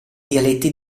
dialetti